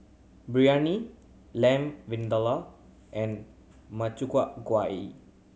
Biryani Lamb Vindaloo and Makchang Gui